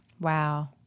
Wow